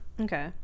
Okay